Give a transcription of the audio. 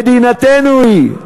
מדינתנו היא.